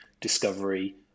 Discovery